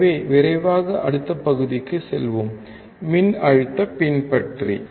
எனவே விரைவாக அடுத்த பகுதிக்குச் செல்வோம் மின்னழுத்த பின்பற்றி